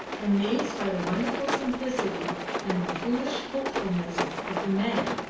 amazed by the wonderful simplicity and the foolish hopefulness of the man,